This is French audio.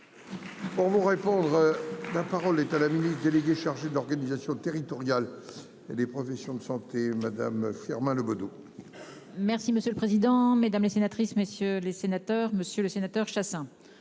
Pour vous répondre. La parole est à la ministre déléguée. Chargé de l'organisation territoriale et des professions de santé Madame Firmin Le Bodo. Merci monsieur le président, mesdames les sénatrices messieurs les sénateurs, Monsieur le Sénateur Chassaing.